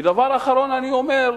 ודבר אחרון אני אומר,